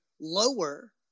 lower